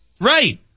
Right